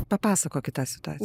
papasakokit tą situaciją